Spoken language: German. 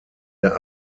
der